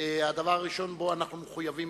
הבטחת ייצוג הולם לאוכלוסייה הערבית,